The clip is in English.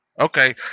Okay